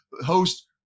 host